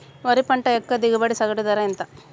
వరి పంట యొక్క దిగుబడి సగటు ధర ఎంత?